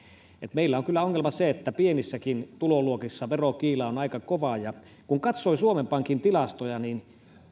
meillä on ongelma se että pienissäkin tuloluokissa verokiila on aika kova kun katsoi suomen pankin tilastoja niin